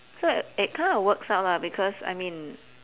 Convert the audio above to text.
so like it kinda works out lah because I mean